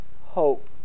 hope